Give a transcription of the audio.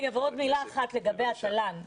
עוד מילה אחת לגבי התל"ן.